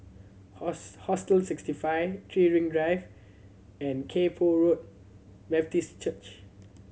Hostel Sixty Five Three Ring Drive and Kay Poh Road Baptist Church